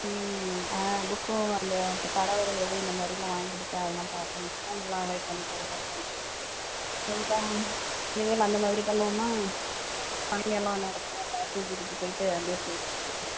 ம் ஆ புக்கும் அந்த படம் வரைகிறது இந்த மாதிரிலாம் வாங்கிக்கொடுத்தா அதுல்லாம் பாப்பாங்க ஃபோனெல்லாம் அவாய்ட் பண்ணிவிட்டு அதை பாப்பாங்க சரிஅக்கா இனிமே நம்ம அந்தமாதிரி பண்ணுவோமா சனி ஞாயிறுஎல்லாம் விளையாடடட்டுமே பார்க்குக்கு கூட்டிகிட்டு போய்ட்டு அப்படியே போய்ட்டு வருவோம்